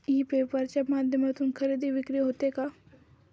E paper च्या माध्यमातून खरेदी विक्री होते का?